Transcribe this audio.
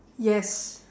yes